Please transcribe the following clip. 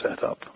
set-up